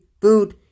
food